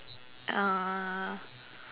uh